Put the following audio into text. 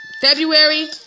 February